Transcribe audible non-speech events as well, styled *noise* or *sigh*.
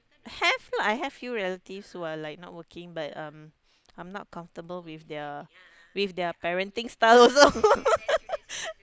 have lah I have few relatives who are like not working but um I'm not comfortable with their with their parenting style also *laughs*